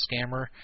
scammer